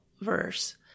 verse